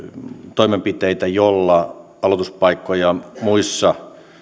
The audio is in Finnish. toimenpiteitä joilla aloituspaikkoja muissa